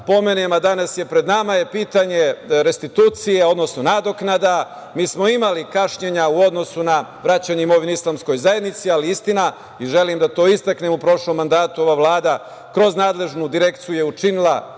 da pomenem, a danas je pred nama, je pitanje restitucije, odnosno nadoknada. Imali smo kašnjenja u odnosu na vraćanje imovine islamskoj zajednici, ali istina i želim da to istaknem, u prošlom mandatu ova Vlada kroz nadležnu direkciju je učinila